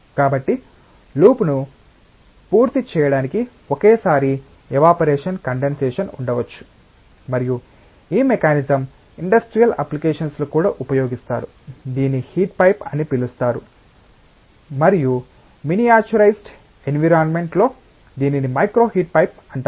కాబట్టి లూప్ను పూర్తి చేయడానికి ఒకేసారి ఎవపరేషన్ కండెన్స్సెషన్ ఉండవచ్చు మరియు ఈ మెకానిజం ఇండస్ట్రియల్ అప్లికేషన్స్ లో కూడా ఉపయోగిస్తారు దీనిని హీట్ పైప్ అని పిలుస్తారు మరియు మినియచురైస్డ్ ఎన్విరాన్మెంట్ లో దీనిని మైక్రో హీట్ పైప్ అంటారు